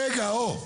או.